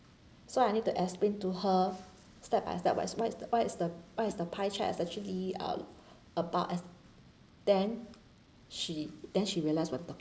so I need to explain to her step by step what's what is the what is the what is the pie chart is actually uh about as then she then she realised what I'm talking